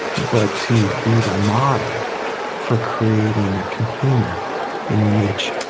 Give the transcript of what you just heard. but to be the model for creating a container in which